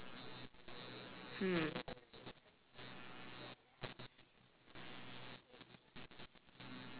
hmm